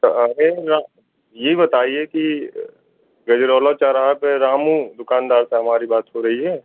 अरे ये बताइए कि गाजराला चौराहा पर रामु दुकानदार से हमारी बात हो रही हैं